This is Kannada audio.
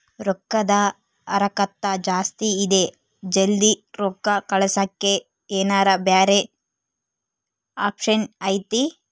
ರೊಕ್ಕದ ಹರಕತ್ತ ಜಾಸ್ತಿ ಇದೆ ಜಲ್ದಿ ರೊಕ್ಕ ಕಳಸಕ್ಕೆ ಏನಾರ ಬ್ಯಾರೆ ಆಪ್ಷನ್ ಐತಿ?